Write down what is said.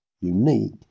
unique